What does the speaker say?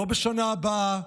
לא בשנה הבאה,